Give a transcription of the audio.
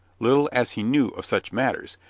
little as he knew of such matters,